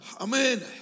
Amen